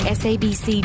sabc